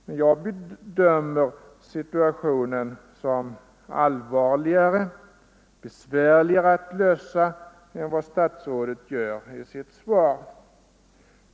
Men jag bedömer situationen som allvarligare och besvärligare att lösa än statsrådet gör i sitt svar.